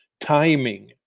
timing